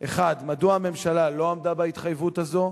1. מדוע הממשלה לא עמדה בהתחייבות הזו?